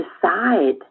decide